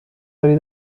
داری